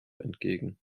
entgegen